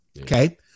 Okay